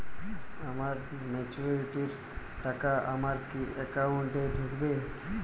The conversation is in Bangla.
আমার ম্যাচুরিটির টাকা আমার কি অ্যাকাউন্ট এই ঢুকবে?